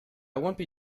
wouldn’t